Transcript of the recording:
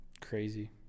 Crazy